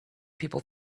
people